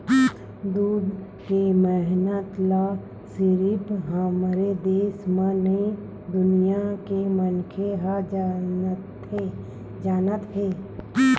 दूद के महत्ता ल सिरिफ हमरे देस म नइ दुनिया के मनखे ह जानत हे